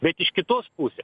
bet iš kitos pusės